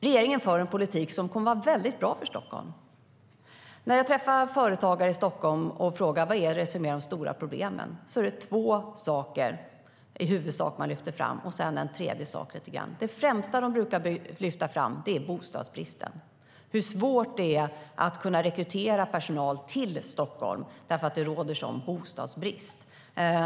Regeringen för en politik som kommer att vara mycket bra för Stockholm. När jag träffar företagare i Stockholm och frågar dem vilka de stora problemen är lyfter de fram i huvudsak två saker, och sedan finns också en tredje sak. Det främsta de brukar lyfta fram är bostadsbristen, hur svårt det är att rekrytera personal till Stockholm eftersom bostadsbristen är så stor.